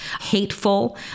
hateful